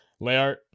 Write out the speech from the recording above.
Layart